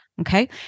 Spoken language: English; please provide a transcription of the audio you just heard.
Okay